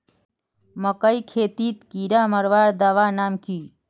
मकई खेतीत कीड़ा मारवार दवा नाम की?